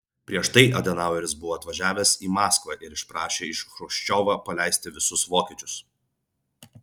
prieš tai adenaueris buvo atvažiavęs į maskvą ir išprašė iš chruščiovo paleisti visus vokiečius